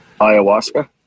Ayahuasca